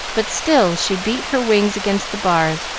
but still she beat her wings against the bars,